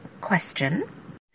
question